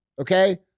okay